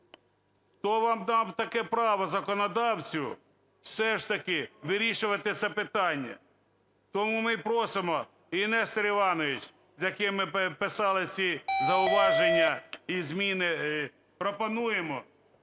Хто вам дав таке право, законодавцю, все ж таки вирішувати це питання? Тому ми просимо і Нестор Іванович, з яким ми писали ці зауваження і зміни, пропонуємо